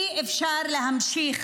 אי-אפשר להמשיך